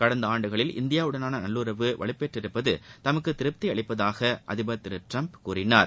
கடந்த ஆண்டுகளில் இந்தியாவுடனாள நல்லுறவு வலுப்பெற்றிருப்பது தமக்கு திருப்தி அளிப்பதாக அதிபர் திரு டிரம்ப் கூறினார்